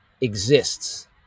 exists